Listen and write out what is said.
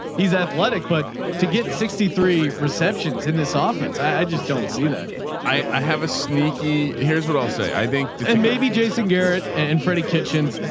he's athletic. but to get sixty three receptions in this office, i just don't see that i have a sneaky. here's what i'll say. i think maybe jason garrett and freddy kitchens,